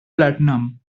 platinum